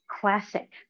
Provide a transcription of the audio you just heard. Classic